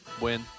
Win